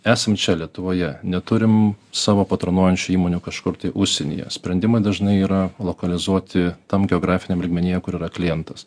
esam čia lietuvoje neturim savo patronuojančių įmonių kažkur užsienyje sprendimai dažnai yra lokalizuoti tam geografiniam lygmenyje kur yra klientas